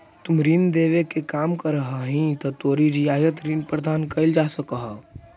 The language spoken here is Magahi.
तुम ऋण देवे के काम करऽ हहीं त तोरो रियायत ऋण प्रदान कैल जा सकऽ हओ